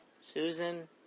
Susan